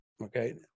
okay